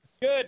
good